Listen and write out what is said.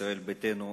ישראל ביתנו,